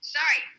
Sorry